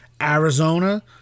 Arizona